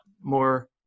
more